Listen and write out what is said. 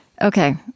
okay